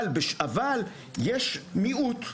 אבל יש מיעוט,